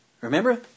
Remember